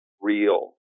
real